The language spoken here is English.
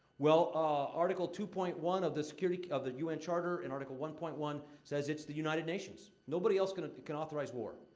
well, ah, article two point one of the security ah, of the u n. charter, in article one point one says it's the united nations. nobody else can can authorize war.